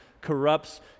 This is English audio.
corrupts